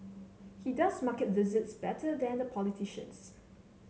he does market visits better than the politicians